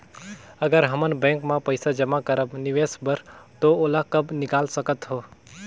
अगर हमन बैंक म पइसा जमा करब निवेश बर तो ओला कब निकाल सकत हो?